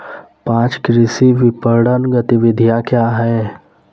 पाँच कृषि विपणन गतिविधियाँ क्या हैं?